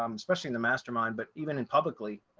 um especially in the mastermind, but even in publicly,